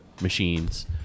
machines